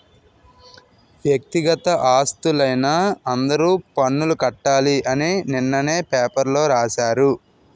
వ్యక్తిగత ఆస్తులైన అందరూ పన్నులు కట్టాలి అని నిన్ననే పేపర్లో రాశారు